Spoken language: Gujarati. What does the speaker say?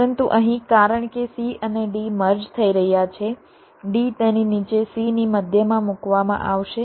પરંતુ અહીં કારણ કે c અને d મર્જ થઈ રહ્યા છે d તેની નીચે c ની મધ્યમાં મૂકવામાં આવશે